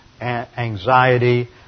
anxiety